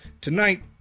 Tonight